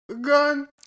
Gun